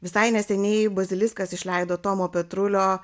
visai neseniai baziliskas išleido tomo petrulio